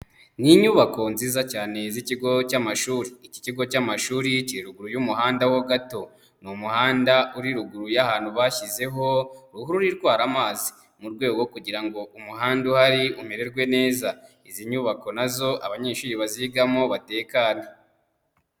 Ni inyubako nziza cyane z'ikigo cy'amashuri, iki kigo cy'amashuri kiri ruguru y'umuhanda ho gato, ni umuhanda uri ruguru y'ahantu bashyizeho ruhurura itwara amazi, mu rwego rwo kugira ngo umuhanda uhari umererwe neza, izi nyubako nazo abanyeshuri bazigamo batekane.